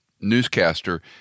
newscaster